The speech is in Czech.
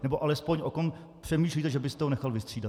Nebo alespoň o kom přemýšlíte, že byste ho nechal vystřídat.